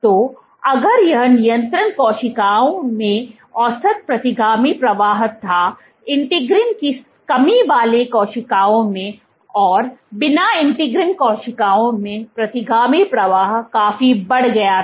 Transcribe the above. तो अगर यह नियंत्रण कोशिकाओं में औसत प्रतिगामी प्रवाह था इंटीग्रिन की कमी वाली कोशिकाओं में और बिना इंटीग्रिन कोशिकाओं में प्रतिगामी प्रवाह काफी बढ़ गया था